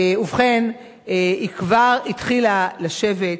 ובכן, היא כבר התחילה לשבת.